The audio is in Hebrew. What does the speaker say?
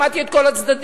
שמעתי את כל הצדדים.